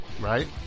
Right